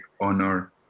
honor